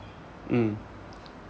mm